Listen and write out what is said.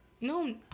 No